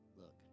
look